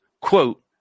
quote